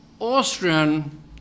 Austrian